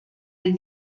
del